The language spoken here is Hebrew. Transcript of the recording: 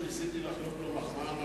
כשניסיתי לחלוק לו מחמאה,